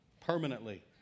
permanently